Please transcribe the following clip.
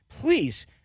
please